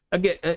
Again